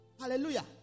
Hallelujah